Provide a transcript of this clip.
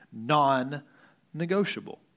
non-negotiable